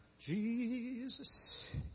Jesus